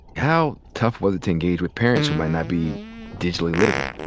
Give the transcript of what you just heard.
how tough was it to engage with parents who might not be digitally literate?